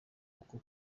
uko